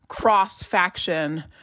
cross-faction